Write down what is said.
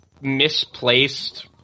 misplaced